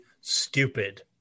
stupid